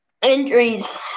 injuries